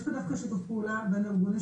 יש פה דווקא שיתוף פעולה בין ארגוני,